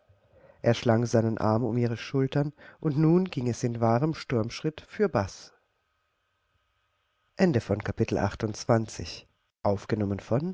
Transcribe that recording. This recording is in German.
er schlang seinen arm um ihre schultern und nun ging es in wahrem sturmschritt fürbaß